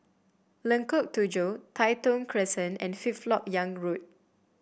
Lengkok Tujoh Tai Thong Crescent and Fifth LoK Yang Road